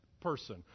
person